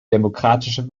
demokratische